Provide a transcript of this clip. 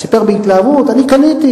הוא סיפר בהתלהבות: אני קניתי.